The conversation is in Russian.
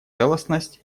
целостность